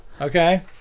Okay